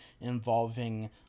involving